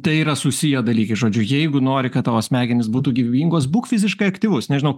tai yra susiję dalykai žodžiu jeigu nori kad tavo smegenys būtų gyvybingos būk fiziškai aktyvus nežinau